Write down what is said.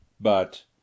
But